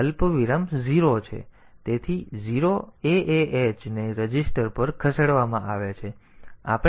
તેથી આ અલ્પવિરામ 0 છે તેથી 0aah ને રજીસ્ટર પર ખસેડવામાં આવે છે